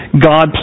God